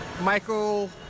Michael